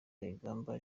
kayigamba